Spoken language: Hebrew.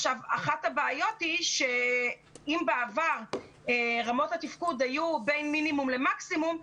אחת הבעיות היא שאם בעבר רמות התפקוד היו בין מינימום למקסימום,